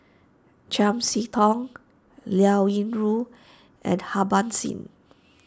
Chiam See Tong Liao Yingru and Harbans Singh